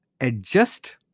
adjust